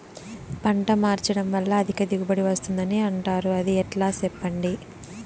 పంట మార్చడం వల్ల అధిక దిగుబడి వస్తుందని అంటారు అది ఎట్లా సెప్పండి